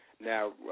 Now